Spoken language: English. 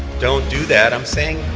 don't do that, i'm saying,